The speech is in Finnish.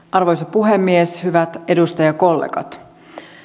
arvoisa puhemies hyvät edustajakollegat